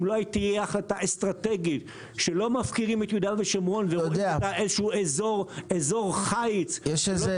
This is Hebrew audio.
אם לא תהיה החלטה אסטרטגית שלא מפקירים את יהודה ושומרון --- יש אי